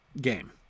game